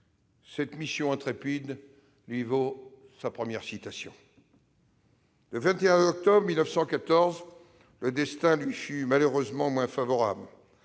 Cette mission intrépide lui valut sa première citation. Le 21 octobre 1914, le destin lui fut malheureusement moins favorable.